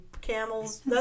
camel's